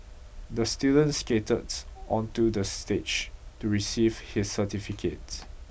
the student skated onto the stage to receive his certificate